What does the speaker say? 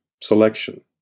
selection